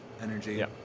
energy